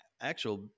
actual